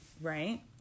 right